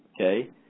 okay